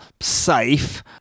safe